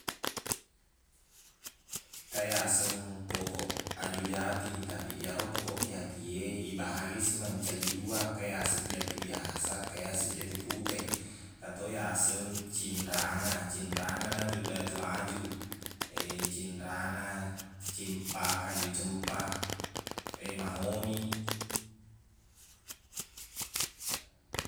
Engka yaaseng pokok aju jati, tapiq iyaro pokok jati e, ibahagesi mancaji dua, ekkeyaseng jati biasa, ekkayaseng jati pute ato yaseng cinrana. Cinrana na tu datuq aju. Cinrana cimpaka aju cempa e mahoni.